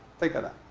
think on that.